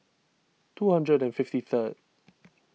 two hundred and fifty third